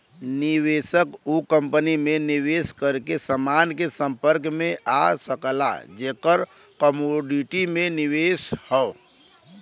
निवेशक उ कंपनी में निवेश करके समान के संपर्क में आ सकला जेकर कमोडिटी में निवेश हौ